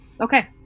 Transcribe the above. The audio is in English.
Okay